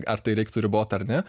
ar tai reiktų ribot ar ne